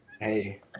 Hey